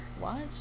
watch